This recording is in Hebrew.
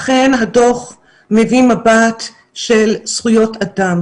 אכן הדוח מביא מבט של זכויות אדם